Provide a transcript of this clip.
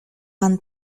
pan